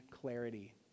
clarity